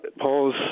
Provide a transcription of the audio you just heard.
Paul's